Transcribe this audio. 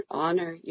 honor